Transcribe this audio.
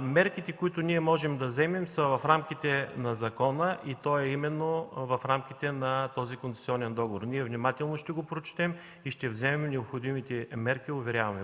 Мерките, които можем да вземем, са в рамките на закона, и то именно в рамките на този концесионен договор. Внимателно ще го прочетем и ще вземем необходимите мерки, уверявам